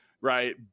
right